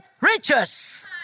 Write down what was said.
riches